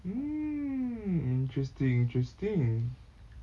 mm interesting interesting